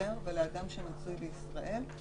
לחוזר ולאדם שמצוי בישראל,